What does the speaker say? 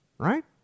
Right